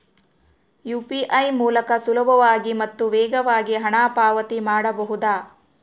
UPI ಮೂಲಕ ಸುಲಭವಾಗಿ ಮತ್ತು ವೇಗವಾಗಿ ಹಣ ಪಾವತಿ ಮಾಡಬಹುದಾ?